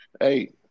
Hey